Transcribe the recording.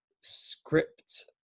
script